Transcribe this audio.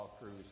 crews